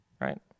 right